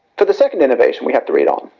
but the second innovation we have to read on.